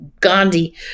Gandhi